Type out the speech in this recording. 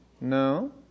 No